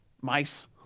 mice